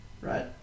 right